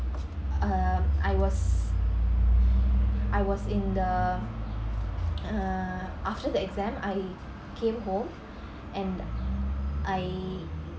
uh I was I was in the uh after the exam I came home and I